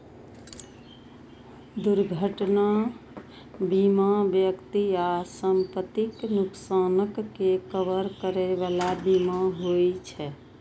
दुर्घटना बीमा व्यक्ति आ संपत्तिक नुकसानक के कवर करै बला बीमा होइ छे